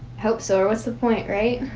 hope so or what's the point right?